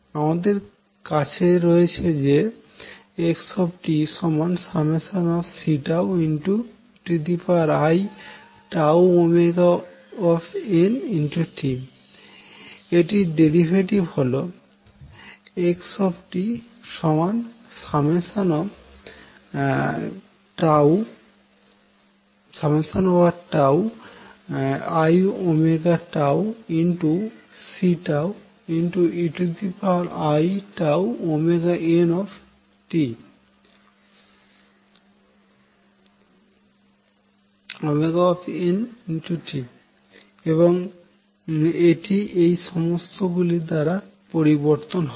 আমাদের কাছে রয়েছে xt∑Ceiτωt এটির ডেরিভেটিভ হল xtiωτCeiτωt এবং এটি এই সমস্ত গুলির দ্বারা পরিবর্তন হবে